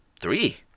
three